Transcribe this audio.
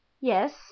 yes